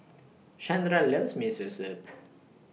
Shandra loves Miso Soup